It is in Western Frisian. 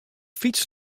fyts